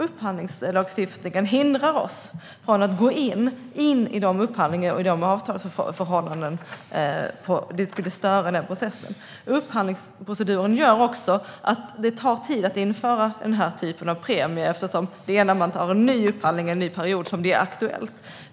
Upphandlingslagstiftningen hindrar oss från att gå in i sådana upphandlingar och avtalsförehavanden, eftersom det skulle störa denna process. Upphandlingsproceduren gör också att det tar tid att införa en sådan premie. Det är när man gör upphandling för en ny period som detta blir aktuellt.